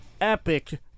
epic